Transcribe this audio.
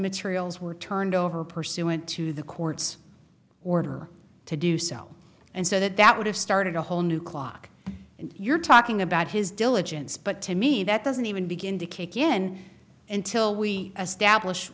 materials were turned over pursuant to the court's order to do so and so that that would have started a whole new clock and you're talking about his diligence but to me that doesn't even begin to kick in until we as stablish